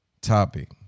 topic